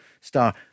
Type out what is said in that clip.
star